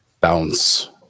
Bounce